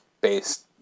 based